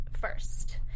first